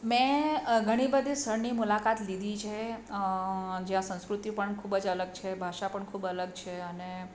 મેં ઘણી બધી સ્થળની મુલાકાત લીધી છે જે આ સંસ્કૃતિ પણ ખૂબ જ અલગ છે ભાષા પણ ખૂબ અલગ છે અને